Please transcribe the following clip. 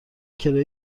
کرایه